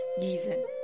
given